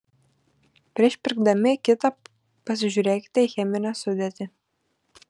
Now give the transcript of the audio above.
prieš pirkdami kitą pasižiūrėkite į cheminę sudėtį